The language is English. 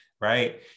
right